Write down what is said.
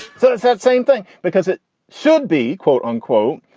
so it's that same thing because it should be, quote unquote.